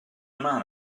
man